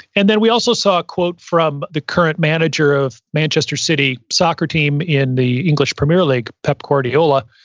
and then we also saw a quote from the current manager of manchester city soccer team in the english premier league, pep guardiola,